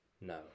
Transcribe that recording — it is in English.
No